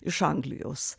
iš anglijos